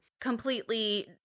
completely